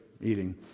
eating